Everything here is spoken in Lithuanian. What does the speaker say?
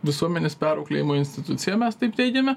visuomenės perauklėjimo institucija mes taip teigiame